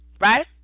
right